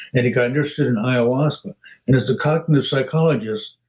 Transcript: and he got interested in ayahuasca and as a cognitive psychologist,